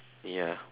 ya